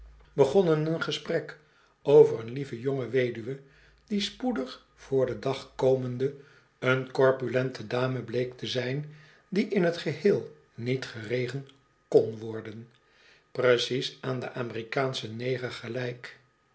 begonnen een gesprek over eene lieve jonge weduwe die spoedig voor den dag komende een corpulente dame bleek te zijn die in t geheel niet geregen kon worden precies aan den amerikaanschen neger gelijk